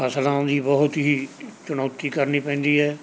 ਫਸਲਾਂ ਦੀ ਬਹੁਤ ਹੀ ਚੁਣੌਤੀ ਕਰਨੀ ਪੈਂਦੀ ਹੈ